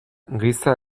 giza